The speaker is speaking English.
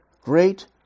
great